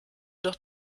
doch